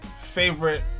favorite